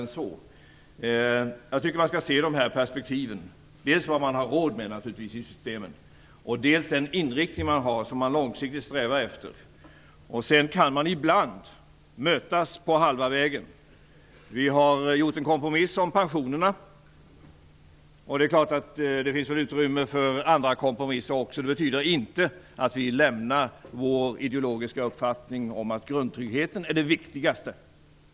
Jag tycker att man skall se det här i perspektiv av dels vad man har råd med i systemen, dels vilken inriktning man långsiktigt strävar efter. Sedan kan man ibland mötas på halva vägen. Vi har gjort en kompromiss om pensionerna, och det finns utrymme även för andra kompromisser. Men det betyder inte att vi lämnar vår ideologiska uppfattning att grundtryggheten är det viktigaste.